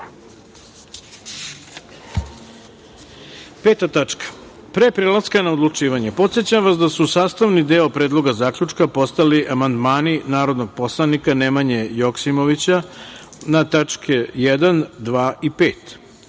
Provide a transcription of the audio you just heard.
reda. Pre prelaska na odlučivanje podsećam vas da su sastavni deo Predloga zaključka postali amandmani narodnog poslanika Nemanje Joksimovića na tačke 1, 2.